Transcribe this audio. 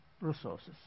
resources